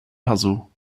puzzle